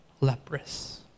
leprous